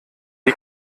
wie